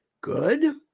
good